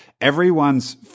everyone's